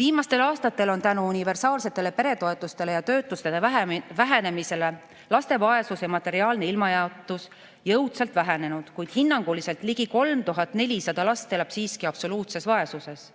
Viimastel aastatel on tänu universaalsetele peretoetustele ja töötuse vähenemisele laste vaesus ja materiaalne ilmajäetus jõudsalt vähenenud, kuid hinnanguliselt ligi 3400 last elab siiski absoluutses vaesuses,